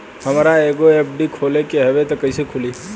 हमरा एगो एफ.डी खोले के हवे त कैसे खुली?